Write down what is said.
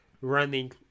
running